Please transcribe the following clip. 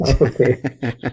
Okay